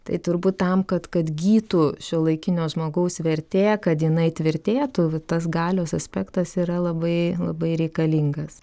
tai turbūt tam kad kad gytų šiuolaikinio žmogaus vertė kad jinai tvirtėtų va tas galios aspektas yra labai labai reikalingas